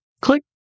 click